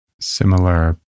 similar